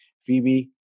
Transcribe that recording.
Phoebe